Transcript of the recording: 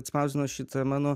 atspausdino šitą mano